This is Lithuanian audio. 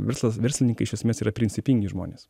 verslas verslininkai iš esmės yra principingi žmonės